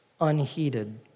unheeded